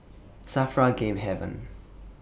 SAFRA Game Haven